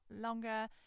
longer